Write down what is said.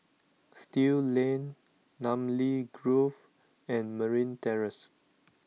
Still Lane Namly Grove and Marine Terrace